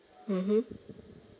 mmhmm